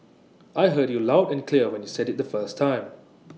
I heard you loud and clear when you said IT the first time